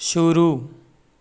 शुरू